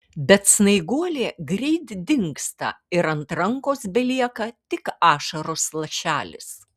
bet snaiguolė greit dingsta ir ant rankos belieka tik ašaros lašelis